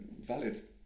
valid